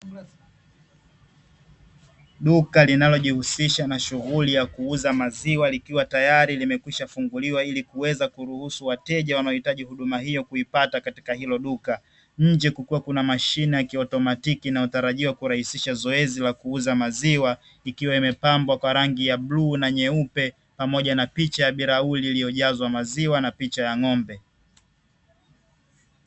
Duka linalojihusisha na shughuli ya kuuza maziwa likiwa tayari limekwisha funguliwa, ili kuweza kuruhusu wateja wanaohitaji huduma hiyo kuipata katika hilo duka nje kulikuwa kuna mashine ya kiautomatiki na utarajiwa kurahisisha zoezi la kuuza maziwa, ikiwa imepambwa kwa rangi ya bluu na nyeupe pamoja na picha bilauli iliyojazwa maziwa na picha ya ng'ombe